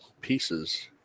pieces